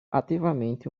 ativamente